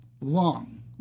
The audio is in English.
long